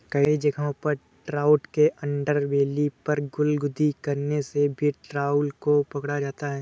कई जगहों पर ट्राउट के अंडरबेली पर गुदगुदी करने से भी ट्राउट को पकड़ा जाता है